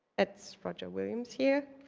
that's roger williams here.